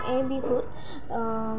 এই বিহুত